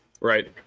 right